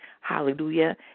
Hallelujah